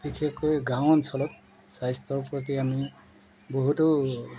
বিশেষকৈ গাঁও অঞ্চলত স্বাস্থ্যৰ প্ৰতি আমি বহুতো